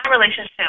relationship